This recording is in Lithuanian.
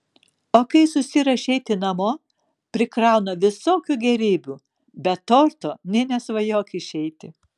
o kai susiruošia eiti namo prikrauna visokių gėrybių be torto nė nesvajok išeiti